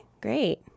great